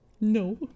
No